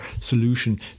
solution